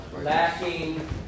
lacking